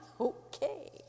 Okay